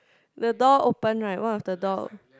the door open right one of the door